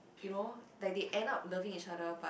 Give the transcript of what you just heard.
you know like they end up loving each other but